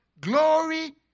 glory